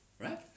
Right